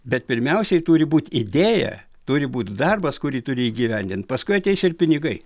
bet pirmiausiai turi būt idėja turi būt darbas kurį turi įgyvendint paskui ateis ir pinigai